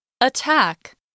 Attack